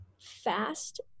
fast